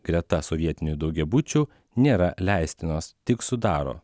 greta sovietinių daugiabučių nėra leistinos tik sudaro